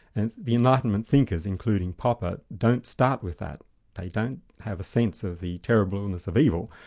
and the enlightenment thinkers, including popper, don't start with that they don't have a sense of the terribleness of evil,